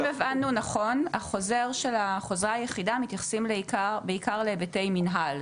אם הבנו נכון חוזרי היחידה מתייחסים בעיקר להיבטי מינהל.